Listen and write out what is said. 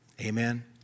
Amen